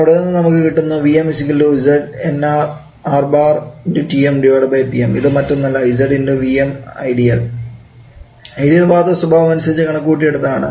അവിടെ നിന്നും നമുക്ക് കിട്ടുന്നു ഇത് മറ്റൊന്നുമല്ല ഐഡിയൽ വാതക സ്വഭാവം അനുസരിച്ച് കണക്കുകൂട്ടി എടുത്തതാണ്